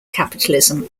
capitalism